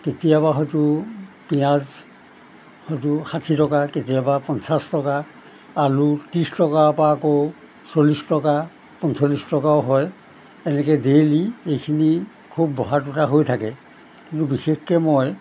কেতিয়াবা হয়তো পিঁয়াজ হয়তো ষাঠি টকা কেতিয়াবা পঞ্চাছ টকা আলু ত্ৰিছ টকাৰ পা আকৌ চল্লিছ টকা পঞ্চল্লিছ টকাও হয় এনেকৈ ডেইলি এইখিনি খুব বহা তোলা হৈ থাকে কিন্তু বিশেষকে মই